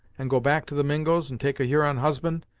and go back to the mingos and take a huron husband,